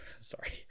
sorry